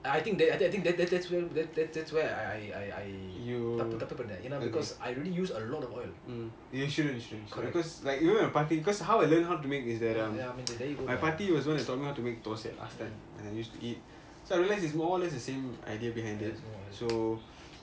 I think that I think that's that's that's that's where தப்பு தப்பு பண்ணன்:thappu thappu pannan I really use a lot of oil correct ya ya I mean they are very rare